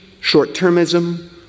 short-termism